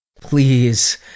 Please